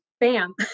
bam